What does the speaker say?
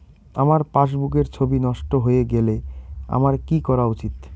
আমার পাসবুকের ছবি নষ্ট হয়ে গেলে আমার কী করা উচিৎ?